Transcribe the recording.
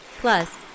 Plus